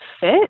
fit